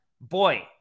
boy